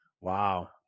Wow